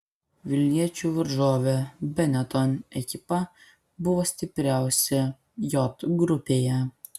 vilniečių varžovė benetton ekipa buvo stipriausia j grupėje